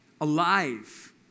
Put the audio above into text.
alive